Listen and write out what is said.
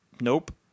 Nope